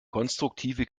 konstruktive